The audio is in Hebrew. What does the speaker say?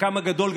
חלקם הגדול,